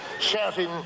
shouting